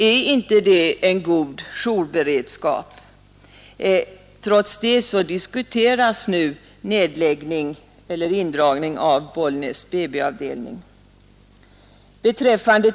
Är inte det en god jourberedskap? Trots det diskuteras nu indragning av BB-avdelningen i Bollnäs.